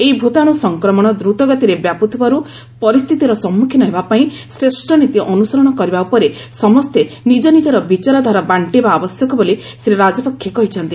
ଏହି ଭୂତାଣୁ ସଂକ୍ରମଣ ଦ୍ରତଗତିରେ ବ୍ୟାପୁଥିବାରୁ ପରିସ୍ଥିତିର ସମ୍ମୁଖୀନ ହେବାପାଇଁ ଶ୍ରେଷ୍ଠ ନୀତି ଅନୁସରଣ କରିବା ଉପରେ ସମସ୍ତେ ନିଜ ନିଜର ବିଚାରଧାରା ବାଣ୍ଟିବା ଆବଶ୍ୟକ ବୋଲି ଶ୍ରୀ ରାଜପକ୍ଷେ କହିଛନ୍ତି